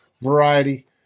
variety